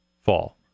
fall